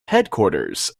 headquarters